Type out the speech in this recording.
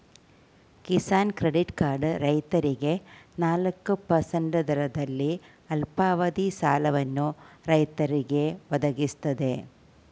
Kisan credit card ರೈತರಿಗೆ ನಾಲ್ಕು percent ದರದಲ್ಲಿ ಅಲ್ಪಾವಧಿ ಸಾಲವನ್ನು ರೈತರಿಗೆ ಒದಗಿಸ್ತದೆ